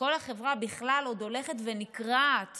כשכל החברה בכלל עוד הולכת ונקרעת